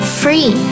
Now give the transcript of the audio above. free